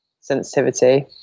sensitivity